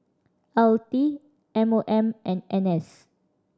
L T M O M and N S